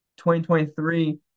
2023